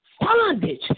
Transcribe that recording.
bondage